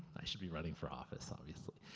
i should be running for office obviously.